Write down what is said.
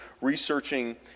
researching